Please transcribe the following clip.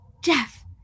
Jeff